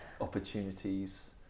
opportunities